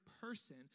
person